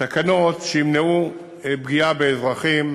תקנות שימנעו פגיעה באזרחים